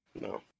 No